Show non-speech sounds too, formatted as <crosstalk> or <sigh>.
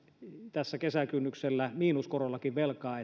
tässä kesän kynnyksellä miinuskorollakin velkaa <unintelligible>